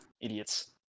Idiots